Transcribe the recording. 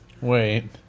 Wait